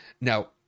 Now